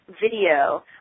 video